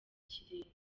ikirere